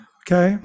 okay